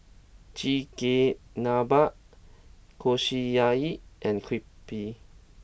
Chigenabe Kushiyaki and Crepe